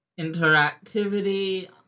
Interactivity